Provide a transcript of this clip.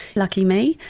lucky me,